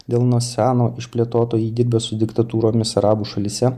dėl nuo seno išplėtoto įdirbio su diktatūromis arabų šalyse